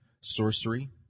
sorcery